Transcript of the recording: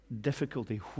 difficulty